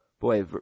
Boy